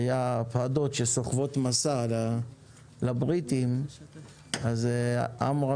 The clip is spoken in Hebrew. היו פרדות שסוחבות משא לבריטים, אז עמרם